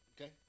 Okay